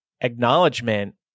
acknowledgement